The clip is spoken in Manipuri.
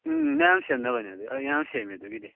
ꯎꯝ ꯃꯌꯥꯝ ꯁꯦꯝꯅꯕꯅꯤ ꯑꯗꯨꯝ ꯑꯩ ꯌꯥꯝ ꯁꯦꯝꯃꯦ ꯑꯗꯨꯒꯤꯗꯤ